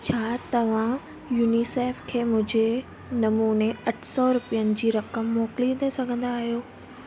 छा तव्हां यूनीसेफ़ खे मुंहिंजे नमूने अठ सौ रुपयनि जी रक़म मोकिले सघंदा आहियो